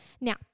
Now